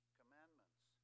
commandments